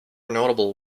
notable